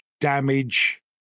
damage